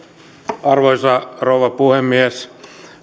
arvoisa rouva puhemies